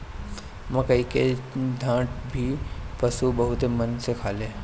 मकई के डाठ भी पशु बहुते मन से खाने